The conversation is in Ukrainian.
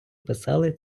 писали